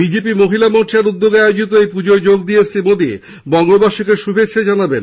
BJP মহিলা মোর্চার উদ্যোগে আয়োজিত এই পুজোয় যোগ দিয়ে শ্রী মোদী বঙ্গবাসীকে শুভেচ্ছা জানাবেন